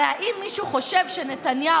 הרי האם מישהו חושב שנתניהו,